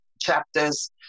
chapters